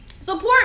support